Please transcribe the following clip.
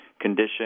condition